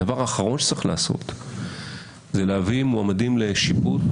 הדבר האחרון שצריך לעשות זה להביא מועמדים לשיפוט,